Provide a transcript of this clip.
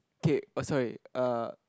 okay oh sorry uh